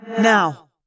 now